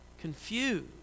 Confused